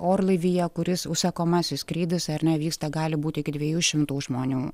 orlaivyje kuris užsakomasis skrydis ar ne vyksta gali būt iki dviejų šimtų žmonių